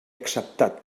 acceptat